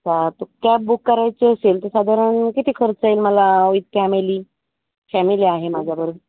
हां तो cab book करायची असेल तर साधारण किती खर्च येईल मला विथ फॅमिली फॅमिली आहे माझ्याबरोबर